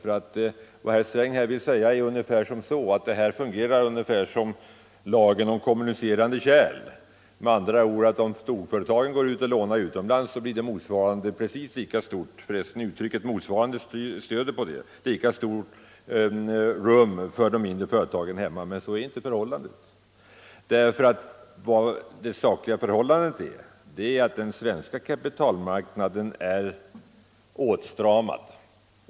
Vad herr Sträng vill säga är att den inhemska och den utländska kapitalmarknaden fungerar ungefär som kommunicerande kärl, dvs. att om storföretagen lånar pengar utomlands, skulle ett lika stort kreditrum uppstå för de mindre företagen på den inhemska marknaden. Formuleringen ”i motsvarande större utsträckning” visar att det är så herr Sträng resonerar. Men så är inte förhållandet. Det verkliga förhållandet är att den svenska kapitalmarknaden är åtstramad.